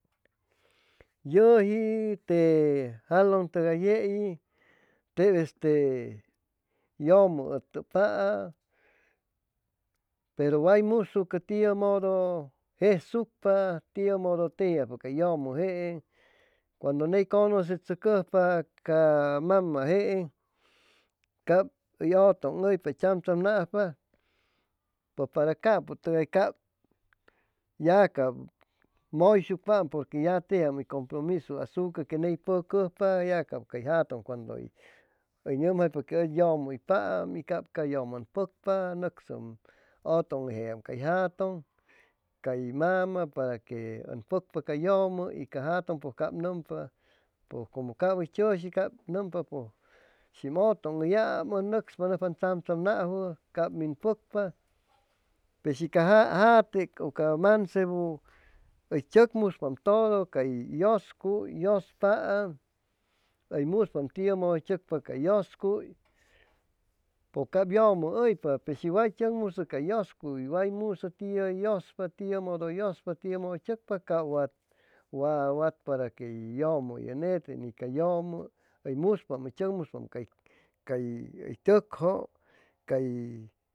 Yuji te jalun tugay yeiy teb este yumu utupaa peru way mushucu tiu mudu jesucpa tiu mudu teji ajpa ca tumu je'e cuandu ney cunusetsucujpa ca mama jee cab uy. Utung' uypa uy tsam tsam najpa pus para capu cab ya cab muyshucpaam pur que ya tejiam uy cumprumisu asucu que ney pucujpa ya cab uy yatun cuandu uy numjaypa que u yumuuypaam y cab ca yumu um pucpa y nucsum utung'ulle cay jatun cay mama para que un pucpa ca yumu y ca jatun pues numpa pues cumu cab uy choshi cab numpa pu sim utung'ullam u nucspa nucspa tsam tsamnajuu cab min pucpa pe shi ca jate u ca mansebu uy chucmuspa uy tudu yuscuy yuspaam uy muspaam tiu mudu tscupa ca yuscuy pus cab yumu uypa shi way chuscmusu cay yuscuy way musu tiu yuspu tiu mudu yuspa tiu mudu tsucpa ca wat wat para que yumu uyu nete y ni ca yumu uy muspa uy chucmuspa cay tucju cay